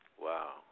Wow